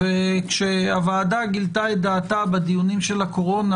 כשהוועדה גילתה דעתה בדיוני הקורונה,